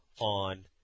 on